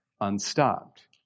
unstopped